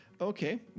Okay